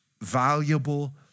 valuable